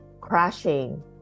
crashing